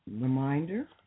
Reminder